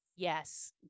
Yes